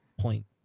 point